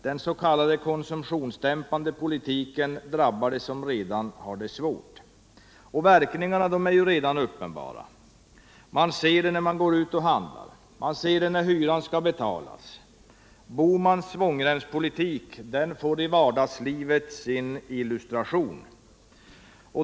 Den s.k. konsumtionsdäm pande politiken drabbar dem som redan har det svårt. Verkningarna är redan uppenbara. Man ser det när man går ut och handlar. Man ser det när hyran skall betalas. Bohmans svångremspolitik får i vardagslivet sin illustration.